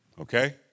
Okay